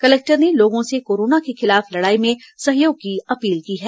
collector ने लोगों से कोरोना के खिलाफ लड़ाई में सहयोग की अपील की है